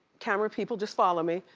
camera people, just follow me.